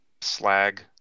slag